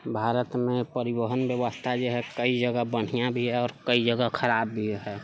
भारतमे परिवहन व्यवस्था जे हइ कइ जगह बढ़िआँ भी हइ आओर कइ जगह खराब भी हइ